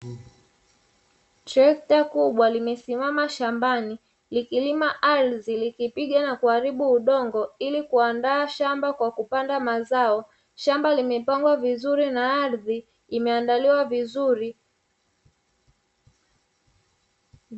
Trekta kubwa limesimama shambani, likilima ardhi, likipiga na kuharibu udongo ili kuandaa shamba kwa kupanda mazao. Shamba limepangwa vizuri na ardhi imeandaliwa vizuri.